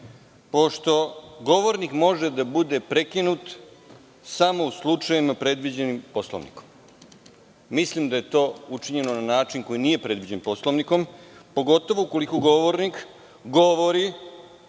pošto govornik može da bude prekinut samo u slučajevima predviđenim Poslovnikom. Mislim da je to učinjeno na način koji nije predviđen Poslovnikom pogotovo ukoliko govornik govori